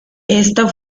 esta